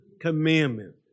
commandment